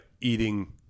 Eating